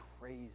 crazy